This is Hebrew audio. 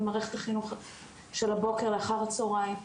מערכת החינוך של הבוקר לאחר הצהריים.